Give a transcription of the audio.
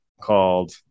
called